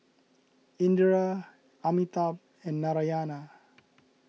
Indira Amitabh and Narayana